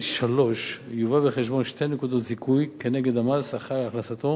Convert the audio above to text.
שלוש יובאו בחשבון שתי נקודות זיכוי כנגד המס החל על הכנסתו